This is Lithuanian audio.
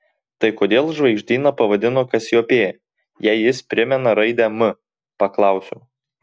tai kodėl žvaigždyną pavadino kasiopėja jei jis primena raidę m paklausiau